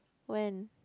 when